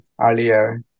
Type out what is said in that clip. earlier